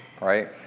right